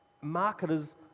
marketers